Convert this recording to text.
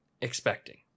expecting